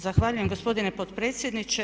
Zahvaljujem gospodine potpredsjedniče.